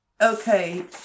Okay